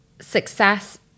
Success